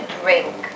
drink